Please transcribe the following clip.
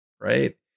right